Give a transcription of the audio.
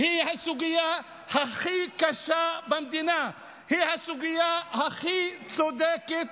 היא הסוגיה הכי קשה במדינה, היא הסוגיה הכי צודקת,